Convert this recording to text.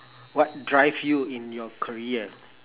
what drive you in your career